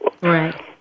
Right